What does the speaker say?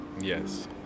Yes